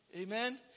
amen